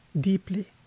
deeply